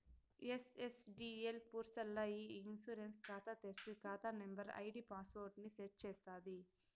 NSDL పూర్స్ ల్ల ఇ ఇన్సూరెన్స్ కాతా తెర్సి, కాతా నంబరు, ఐడీ పాస్వర్డ్ ని సెట్ చేస్తాది